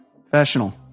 professional